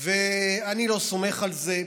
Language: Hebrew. ואני לא סומך על זה.